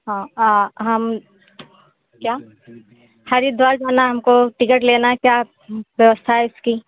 हाँ आ हम क्या हरिद्वार जान हमको टिकट लेना है क्या व्यवस्था है इसकी